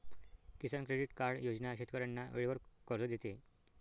किसान credit card योजना शेतकऱ्यांना वेळेवर कर्ज देते